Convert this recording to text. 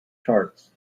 charts